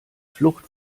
flucht